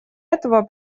этого